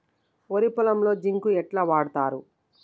వరి పొలంలో జింక్ ఎట్లా వాడుతరు?